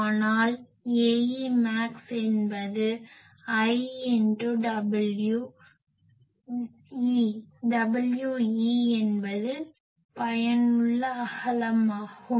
ஆனால் Aemax என்பது l×we we என்பது பயனுள்ள அகலமாகும்